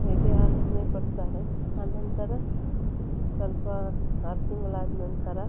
ಎದೆ ಹಾಲನ್ನೇ ಕೊಡ್ತಾರೆ ಆ ನಂತರ ಸ್ವಲ್ಪ ಆರು ತಿಂಗ್ಳಾದ ನಂತರ